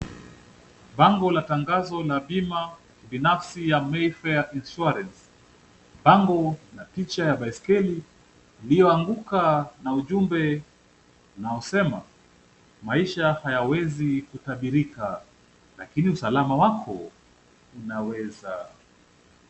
Bango la tangazo la bima binafsi ya Mayfair Insurance. Bango lina picha ya baiskeli iliyoanguka, na ujumbe unaosema: "Maisha hayawezi kutabirika, lakini usalama wako unaweza."